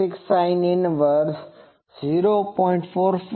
6sin 10